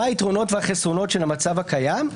מה היתרונות והחסרונות של המצב הקיים,